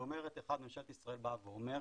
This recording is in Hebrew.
היא אומרת, ממשלת ישראל באה ואומרת,